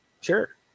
sure